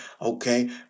okay